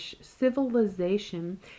civilization